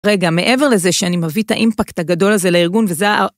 רגע, מעבר לזה שאני מביא את האימפקט הגדול הזה לארגון וזה ה...